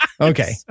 Okay